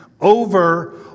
Over